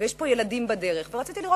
ויש פה ילדים בדרך,